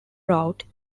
route